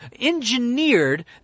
engineered